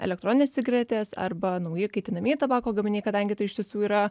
elektroninės cigaretės arba nauji kaitinamieji tabako gaminiai kadangi tai iš tiesų yra